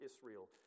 Israel